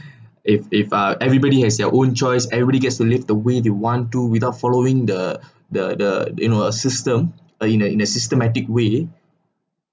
if if uh everybody has their own choice everybody gets to live the way they want to without following the the the you know a system uh in a systematic way